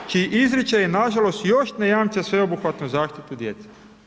Znači izričaji nažalost još ne jamče sveobuhvatnu zaštitu djece.